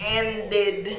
ended